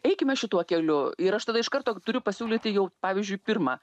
eikime šituo keliu ir aš tada iš karto turiu pasiūlyti jau pavyzdžiui pirmą